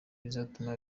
bizatuma